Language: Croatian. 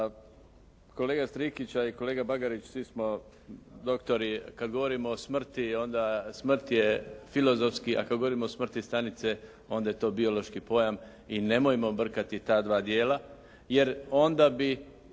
Kolega Strikić a i kolega Bagarić svi smo doktori. Kad govorimo o smrti onda smrt je filozofski, a kad govorimo o smrti stanice onda je to biološki pojam i nemojmo brkati ta dva dijela jer onda bi